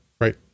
Right